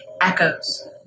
Echoes